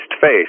face